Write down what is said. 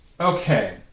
Okay